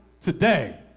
today